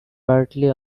partly